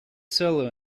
solo